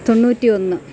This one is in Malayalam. തൊണ്ണൂറ്റി ഒന്ന്